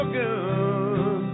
good